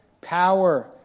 power